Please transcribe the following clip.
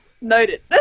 noted